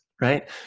right